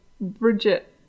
Bridget